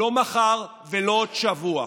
לא מחר ולא עוד שבוע.